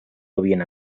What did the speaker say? havien